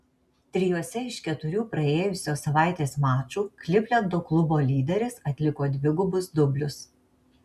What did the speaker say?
trijuose iš keturių praėjusios savaitės mačų klivlendo klubo lyderis atliko dvigubus dublius